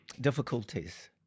difficulties